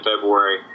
February